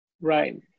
Right